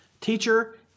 Teacher